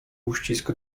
uścisk